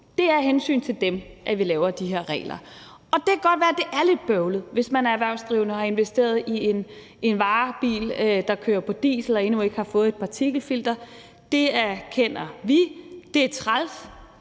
Det er af hensyn til dem, vi laver de her regler. Det kan godt være, at det er lidt bøvlet, hvis man er erhvervsdrivende og har investeret i en varebil, der kører på diesel og endnu ikke har fået et partikelfilter. Det erkender vi. Det er